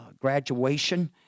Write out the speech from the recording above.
Graduation